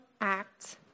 act